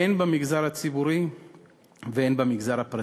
הן במגזר הציבורי והן במגזר הפרטי.